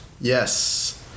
yes